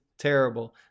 terrible